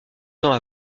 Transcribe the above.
temps